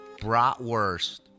Bratwurst